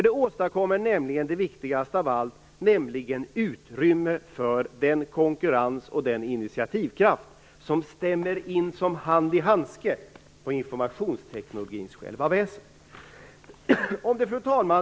Det åstadkommer nämligen det viktigaste av allt, utrymme för den konkurrens och den initiativkraft som passar som hand i handske på informationsteknikens själva väsen. Fru talman!